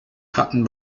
hatten